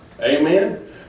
Amen